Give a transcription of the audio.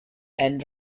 and